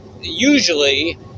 usually